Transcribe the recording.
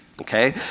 okay